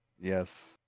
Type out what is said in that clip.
yes